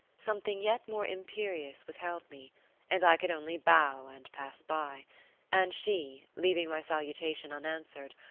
something yet more imperious withheld me and i could only bow and pass by and she, leaving my salutation unanswered,